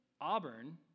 Auburn